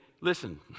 listen